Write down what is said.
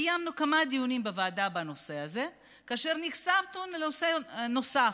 קיימנו כמה דיונים בוועדה בנושא הזה ונחשפנו לנושא נוסף.